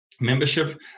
membership